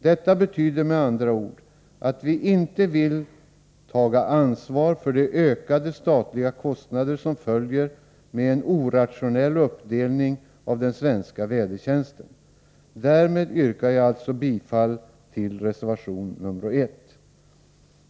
Detta betyder med andra ord att vi inte vill ta ansvar för de ökade statliga kostnader som följer med en orationell uppdelning av den svenska vädertjänsten. Därmed yrkar jag alltså bifall till reservation 1.